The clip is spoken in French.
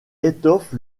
étoffe